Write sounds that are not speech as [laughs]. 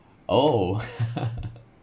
oh [laughs]